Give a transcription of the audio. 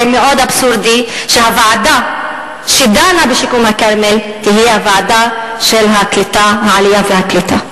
זה מאוד אבסורדי שהוועדה שדנה בשיקום הכרמל תהיה ועדת העלייה והקליטה.